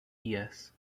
yes